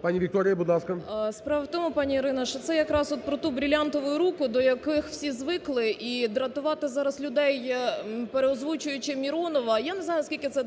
Пані Вікторія, будь ласка. 11:17:57 СЮМАР В.П. Справа в тому, пані Ірина, що це якраз от про ту "Бриллиантовую руку", до яких всі звикли, і дратувати зараз людей, переозвучуючи Міронова, я не знаю, скільки це